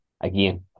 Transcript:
again